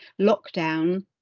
lockdown